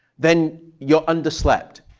then you're under-slept,